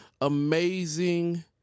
amazing